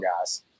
guys